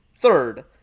Third